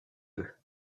peu